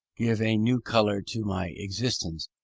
give a new colour to my existence,